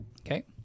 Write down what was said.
okay